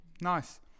Nice